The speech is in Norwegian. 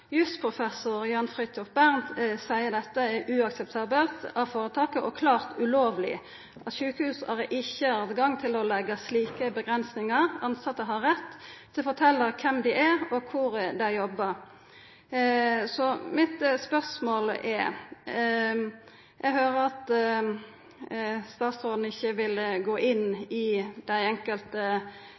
Jan Fridthjof Bernt seier at dette er uakseptabelt av føretaket og klart ulovleg, og at sjukehuset ikkje har tilgjenge til å leggja slike avgrensingar. Tilsette har rett til å fortelja kven dei er og kor dei jobbar. Så mitt spørsmål er: Eg høyrer at statsråden ikkje vil gå inn i dei enkelte